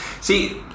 See